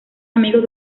amigos